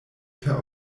per